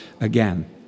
again